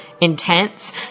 intense